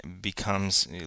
becomes